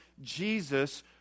Jesus